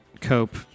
Cope